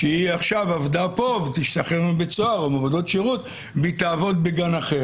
שהיא עכשיו עבדה פה ותשתחרר מבית סוהר עם עבודות שירות ותעבוד בגן אחר.